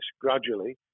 gradually